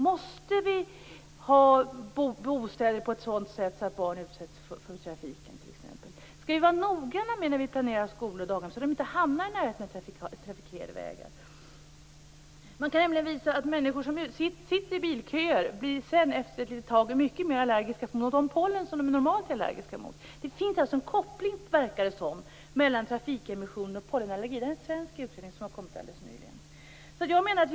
Måste vi bygga bostäder på ett sådant sätt att barn utsätts för trafiken? Skall vi vara noggrannare när vi planerar skolor och daghem så att de inte hamnar nära trafikerade vägar? Man har nämligen visat att människor som sitter i bilköer blir efter ett tag mycket mer allergiska mot pollen som normalt inte är allergiska mot. Det finns alltså en koppling mellan trafikemissioner och pollenallergier enligt en svensk undersökning som kom alldeles nyligen.